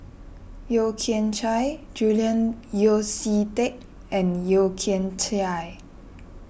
Yeo Kian Chye Julian Yeo See Teck and Yeo Kian Chai